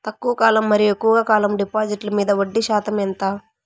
తక్కువ కాలం మరియు ఎక్కువగా కాలం డిపాజిట్లు మీద వడ్డీ శాతం ఎంత?